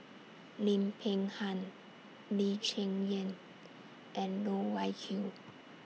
Lim Peng Han Lee Cheng Yan and Loh Wai Kiew